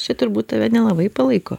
čia turbūt tave nelabai palaiko